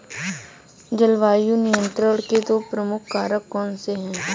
जलवायु नियंत्रण के दो प्रमुख कारक कौन से हैं?